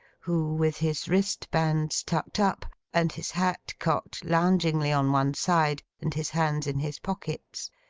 who, with his wristbands tucked up, and his hat cocked loungingly on one side, and his hands in his pockets,